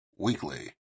Weekly